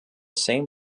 same